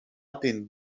den